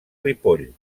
ripoll